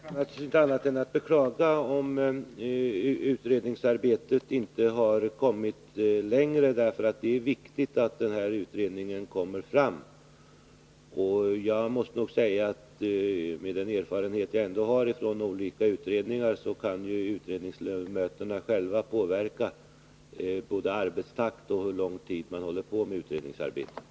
Herr talman! Jag kan naturligtvis inte annat än beklaga om utredningsarbetet inte har kommit längre. Det är nämligen viktigt att utredningen blir färdig. Med den erfarenhet som jag ändå har av olika utredningar måste jag säga att utredningsledamöterna själva kan påverka både arbetstakt och tidsutdräkt när det gäller utredningsarbetet.